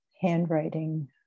handwriting